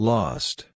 Lost